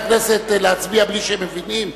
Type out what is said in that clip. לחברי הכנסת להצביע בלי שהם מבינים?